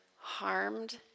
harmed